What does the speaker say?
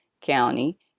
County